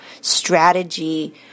strategy